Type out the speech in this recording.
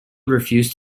refused